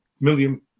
million